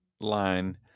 line